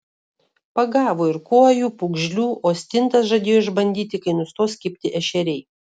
pagavo ir kuojų pūgžlių o stintas žadėjo išbandyti kai nustos kibti ešeriai